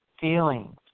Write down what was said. feelings